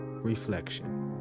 Reflection